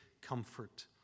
comfort